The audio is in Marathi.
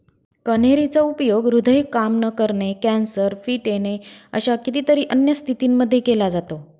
कन्हेरी चा उपयोग हृदय काम न करणे, कॅन्सर, फिट येणे अशा कितीतरी अन्य स्थितींमध्ये केला जातो